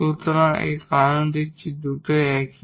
সুতরাং এবং কারণ আমরা দেখেছি যে এই দুটি একই